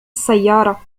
السيارة